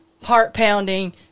heart-pounding